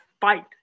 fight